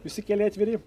visi keliai atviri